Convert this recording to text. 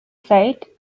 site